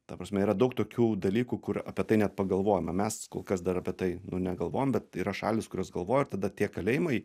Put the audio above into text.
ta prasme yra daug tokių dalykų kur apie tai net pagalvojame mes kol kas dar apie tai nu negalvojam bet yra šalys kurios galvoja ir tada tie kalėjimai